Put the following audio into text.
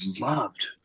loved